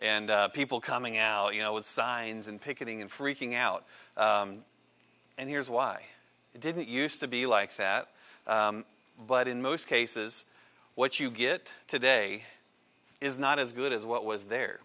and people coming out you know with signs and picketing and freaking out and here's why it didn't used to be like that but in most cases what you get today is not as good as what was there